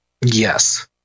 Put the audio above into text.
Yes